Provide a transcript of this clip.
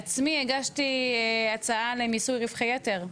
הגשתי בעצמי הצעה למיסוי רווחי יתר,